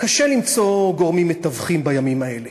קשה למצוא גורמים מתווכים בימים האלה.